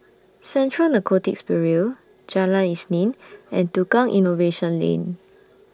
Central Narcotics Bureau Jalan Isnin and Tukang Innovation Lane